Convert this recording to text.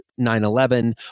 9-11